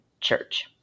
Church